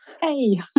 Hey